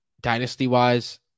dynasty-wise